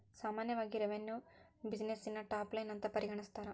ಸಾಮಾನ್ಯವಾಗಿ ರೆವೆನ್ಯುನ ಬ್ಯುಸಿನೆಸ್ಸಿನ ಟಾಪ್ ಲೈನ್ ಅಂತ ಪರಿಗಣಿಸ್ತಾರ?